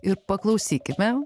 ir paklausykime